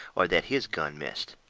or that his gun missed.